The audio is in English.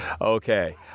Okay